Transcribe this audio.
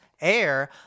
Air